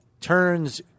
turns